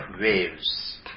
waves